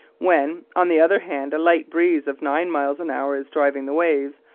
when, on the other hand, a light breeze of nine miles an hour is driving the waves,